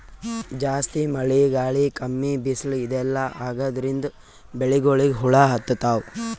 ಜಾಸ್ತಿ ಮಳಿ ಗಾಳಿ ಕಮ್ಮಿ ಬಿಸ್ಲ್ ಇದೆಲ್ಲಾ ಆಗಾದ್ರಿಂದ್ ಬೆಳಿಗೊಳಿಗ್ ಹುಳಾ ಹತ್ತತಾವ್